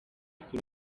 kuri